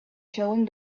showing